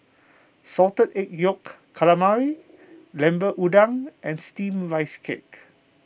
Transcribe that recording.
Salted Egg Yolk Calamari Lemper Udang and Steamed Rice Cake